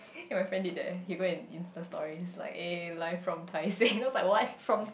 my friend did that eh he go and Insta story he's like eh live from Tai-Seng then I was like what